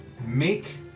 Make